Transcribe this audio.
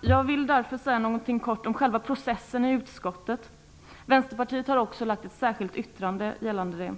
Jag vill därför säga något kort om själva processen i utskottet. Vänsterpartiet har också avgett ett särskilt yttrande gällande det.